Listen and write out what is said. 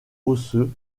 osseux